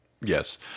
Yes